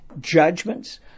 judgments